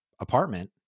apartment